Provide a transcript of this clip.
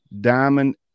diamond